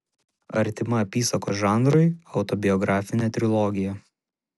artima apysakos žanrui autobiografinė trilogija